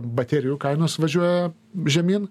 baterijų kainos važiuoja žemyn